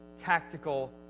tactical